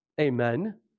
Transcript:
Amen